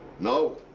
no.